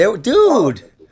Dude